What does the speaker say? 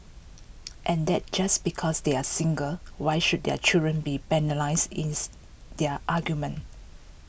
and that just because they are single why should their children be penalised is their argument